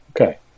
Okay